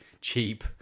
cheap